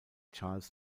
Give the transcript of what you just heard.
charles